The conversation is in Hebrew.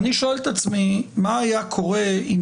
ואני שואל את עצמי מה היה קורה אילו